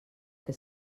que